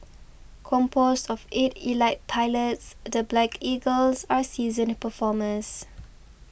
composed of eight elite pilots the Black Eagles are seasoned performers